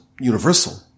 universal